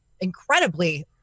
incredibly